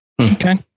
Okay